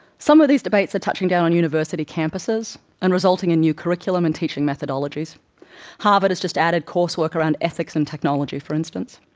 some of these debates are touching down on university campuses and resulting in new curriculum and teaching methodologies harvard has added coursework around ethics in technology, for instance.